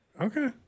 Okay